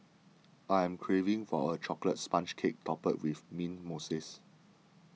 I am craving for a Chocolate Sponge Cake Topped with Mint Mousse